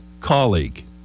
colleague